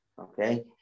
okay